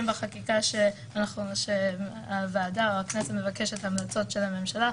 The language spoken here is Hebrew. בחקיקה שהוועדה או הכנסת מבקשת המלצות של הממשלה,